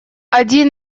один